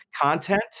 content